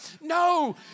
no